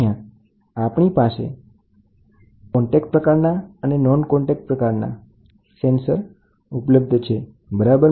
અહીંયાં આપણી પાસે કોન્ટેક્ટ પ્રકારના અને નોન કોન્ટેક્ટ પ્રકારના ઉપલબ્ધ છે બરાબર